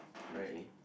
okay